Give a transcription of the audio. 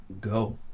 Go